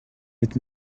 êtes